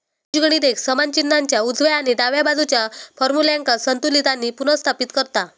बीजगणित एक समान चिन्हाच्या उजव्या आणि डाव्या बाजुच्या फार्म्युल्यांका संतुलित आणि पुनर्स्थापित करता